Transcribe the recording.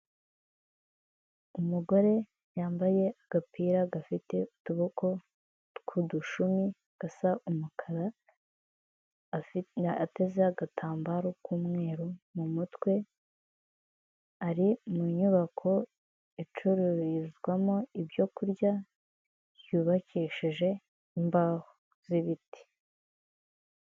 Umugore yambaye agapira gafite utuboko tw'udushumi gasa umukara, ateze agatambaro k'umweru mu mutwe ari mu nyubako icururizwamo ibyo kurya yubakishije imbaho z'ibiti.